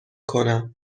کنم